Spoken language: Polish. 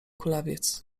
kulawiec